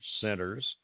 centers